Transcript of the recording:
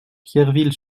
thierville